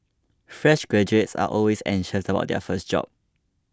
fresh graduates are always anxious about their first job